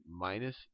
minus